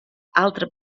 altra